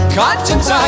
conscience